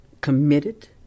committed